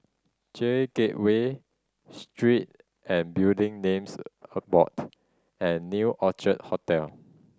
J Gateway Street and Building Names A Board and New Orchid Hotel